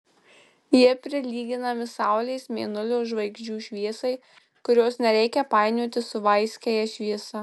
jie prilyginami saulės mėnulio žvaigždžių šviesai kurios nereikia painioti su vaiskiąja šviesa